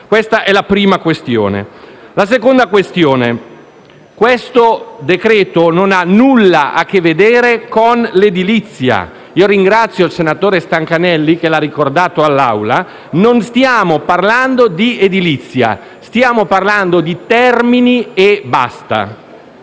Questa è la prima questione. In secondo luogo, il decreto al nostro esame non ha nulla a che vedere con l'edilizia. Ringrazio il senatore Stancanelli che lo ha ricordato all'Assemblea. Non stiamo parlando di edilizia, stiamo parlando di termini e basta.